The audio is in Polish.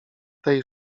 tej